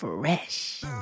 fresh